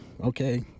okay